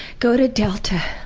go to delta.